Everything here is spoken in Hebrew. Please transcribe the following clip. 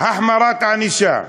החמרת ענישה,